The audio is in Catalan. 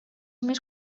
més